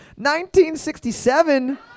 1967